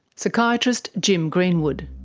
psychiatrist jim greenwood.